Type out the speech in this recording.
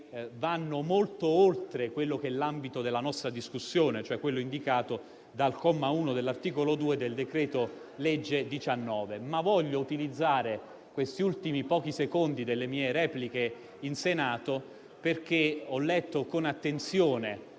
vanno molto oltre quello che è l'ambito della nostra discussione, cioè quanto indicato dal comma 1 dell'articolo 2 del decreto-legge n. 19. Tuttavia, voglio utilizzare questi ultimi secondi della mia replica in Senato per dire che ho letto con attenzione